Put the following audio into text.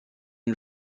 une